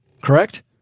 correct